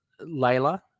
Layla